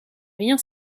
rien